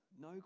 No